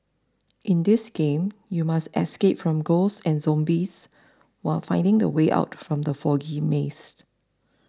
in this game you must escape from ghosts and zombies while finding the way out from the foggy maze